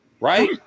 right